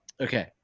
okay